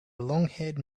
longhaired